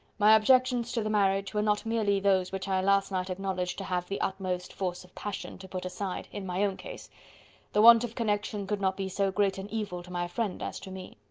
my objections to the marriage were not merely those which i last night acknowledged to have the utmost force of passion to put aside, in my own case the want of connection could not be so great an evil to my friend as to me.